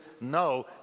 no